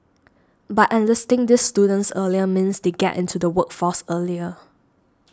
but enlisting these students earlier means they get into the workforce earlier